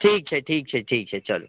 ठीक छै ठीक छै ठीक छै चलू